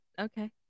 okay